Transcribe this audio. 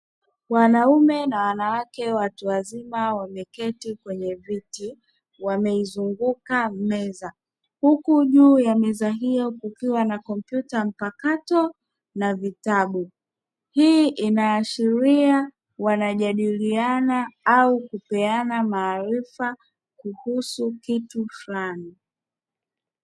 Wanaume na wanawake watu wazima wameketi kwenye viti wameizunguka meza huku juu ya meza hiyo kukiwa na kompyuta mpakato na vitabu. hii inaashiria wanajadiliana au kupeana maarifa kuhusu kitu fulani.